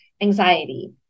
anxiety